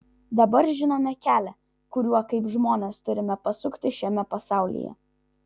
dabar žinome kelią kuriuo kaip žmonės turime pasukti šiame pasaulyje